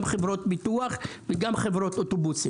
גם חברות ביטוח וגם חברות אוטובוסים.